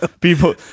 People